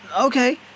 Okay